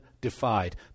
defied